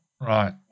Right